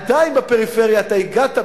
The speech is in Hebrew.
עדיין בפריפריה אתה הגעת,